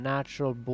Natural